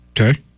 Okay